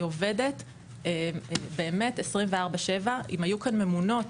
היא עובדת באמת 27/7. אם היו כאן ממונות